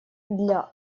для